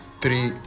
three